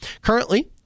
Currently